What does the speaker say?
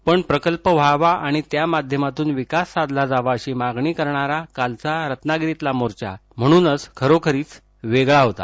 पण प्रकल्प व्हावा आणि त्या माध्यमातून विकास साधला जावा अशी मागणी करणारा कालचा रत्नागिरीतला मोर्चा म्हणून वेगळा होता